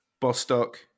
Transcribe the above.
Bostock